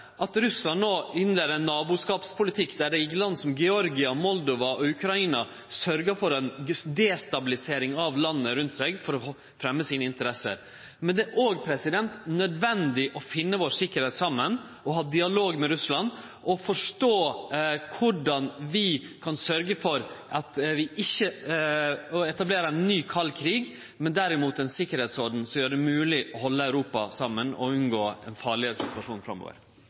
at Russland no innleier ein naboskapspolitikk der dei sørgjer for å destabilisere land rundt seg, som Georgia, Moldova og Ukraina, for å fremje interessene sine. Men det er òg nødvendig å finne sikkerheita vår saman, ha dialog med Russland og forstå korleis vi kan sørgje for at vi ikkje etablerer ein ny kald krig, men derimot ein sikkerheitsorden som gjer det mogleg å halde Europa saman og unngå ein farlegare situasjon framover.